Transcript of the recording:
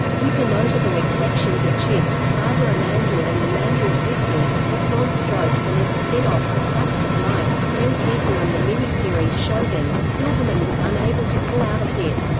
with the notable exceptions of chips, barbara mandrell and the mandrell sisters, diff'rent strokes and its spin-off the facts of life, real people and the miniseries shogun, silverman was unable to pull out a hit.